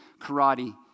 karate